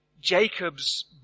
Jacob's